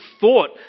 thought